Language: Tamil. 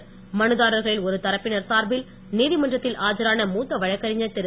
விசாரிக்கப் மனுத்தாரர்களில் ஒரு தரப்பினர் சார்பில் நீதிமன்றத்தில் ஆஜரான மூத்த வழக்கறிஞர் திரு